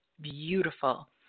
beautiful